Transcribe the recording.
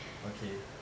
okay